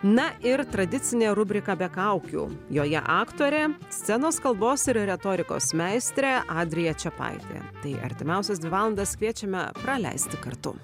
na ir tradicinė rubrika be kaukių joje aktorė scenos kalbos ir retorikos meistrė adrija čepaitė tai artimiausias dvi valandas kviečiame praleisti kartu